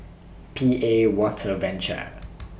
P A Water Venture